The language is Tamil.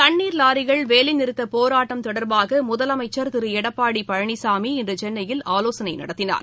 தண்ணீர் லாரிகள் வேலைநிறுத்தப் போராட்டம் தொடர்பாக முதலமைச்சர் திரு எடப்பாடி பழனிசாமி இன்று சென்னையில் ஆலோசனை நடத்தினார்